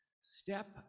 Step